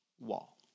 wall